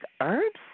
herbs